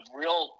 real